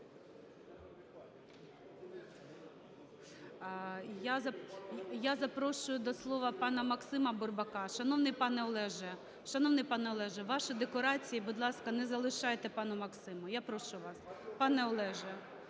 Я запрошую до слова пана Максима Бурбака. Шановний пане Олеже, шановний пане Олеже, ваші декорації, будь ласка, не залишайте пану Максиму. Я прошу вас, пане Олеже!